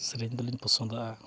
ᱥᱮᱨᱮᱧ ᱫᱚᱞᱤᱧ ᱯᱚᱥᱚᱱᱫᱟᱜᱼᱟ